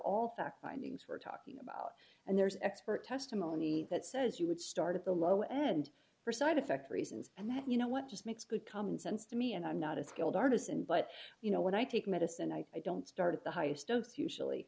all fact findings we're talking about and there's expert testimony that says you would start at the low end for side effect reasons and that you know what just makes good common sense to me and i'm not a skilled artisan but you know when i take medicine i don't start at the highest dose usually